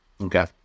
Okay